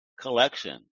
collection